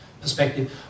perspective